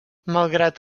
malgrat